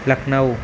Lucknow